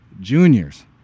juniors